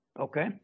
Okay